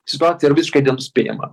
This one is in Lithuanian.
situacija yra visiškai nenuspėjama